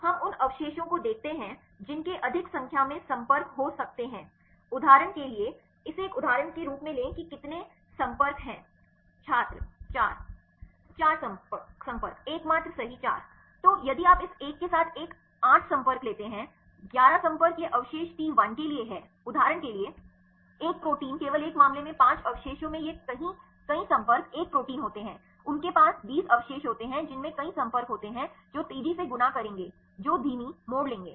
हम उन अवशेषों को देखते हैं जिनके अधिक संख्या में संपर्क हो सकते हैंउदाहरण के लिए इसे एक उदाहरण के रूप में लें कि कितने संपर्क हैं 4 संपर्क एकमात्र सही 4 तो यदि आप इस एक के साथ एक 8 संपर्क लेते हैं 11 संपर्क यह अवशेष टी 1 के लिए है उदाहरण के लिए एक प्रोटीन केवल एक मामले में 5 अवशेषों में यह कई संपर्क एक प्रोटीन होते हैं उनके पास 20 अवशेष होते हैं जिनमें कई संपर्क होते हैं जो तेजी से गुना करेंगे जो धीमी सही मोड़ लेंगे